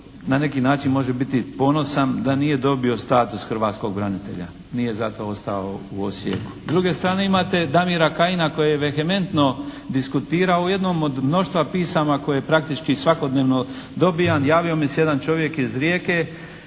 na neki način može biti ponosan da nije dobio status hrvatskog branitelja. Nije za to ostao u Osijeku.